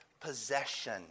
possession